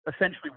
essentially